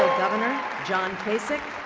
governor john kasich